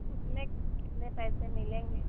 उसमें कितने पैसे मिलेंगे